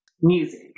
Music